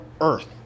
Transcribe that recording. earth